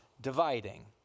dividing